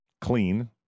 clean